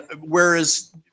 whereas